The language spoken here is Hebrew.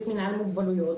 ממינהל מוגבלויות,